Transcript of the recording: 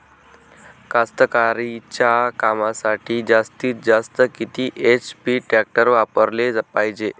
कास्तकारीच्या कामासाठी जास्तीत जास्त किती एच.पी टॅक्टर वापराले पायजे?